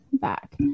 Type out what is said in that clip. back